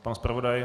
Pan zpravodaj?